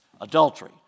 adultery